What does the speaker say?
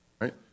right